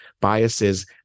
Biases